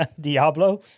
Diablo